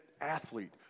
athlete